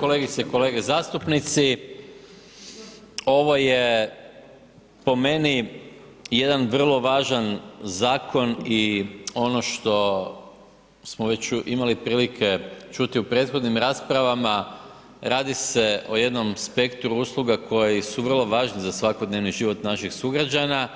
Kolegice i kolege zastupnici ovo je po meni jedan vrlo važan zakon i ono što smo već imali prilike čuti u prethodnim raspravama radi se o jednom spektru usluga koji su vrlo važni za svakodnevni život naših sugrađana,